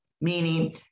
Meaning